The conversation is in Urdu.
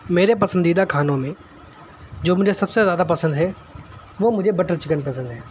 میرے پسندیدہ کھانوں میں جو مجھے سب سے زیادہ پسند ہے وہ مجھے بٹر چکن پسند ہے